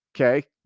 okay